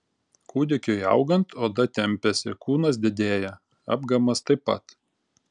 kūdikiui augant oda tempiasi kūnas didėja apgamas taip pat